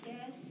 Yes